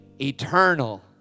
eternal